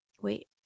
wait